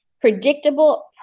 predictable